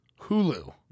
Hulu